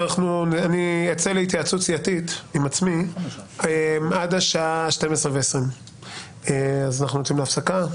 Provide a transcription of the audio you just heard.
אצא להתייעצות סיעתית עם עצמי עד השעה 12:20. יוצאים להפסקה,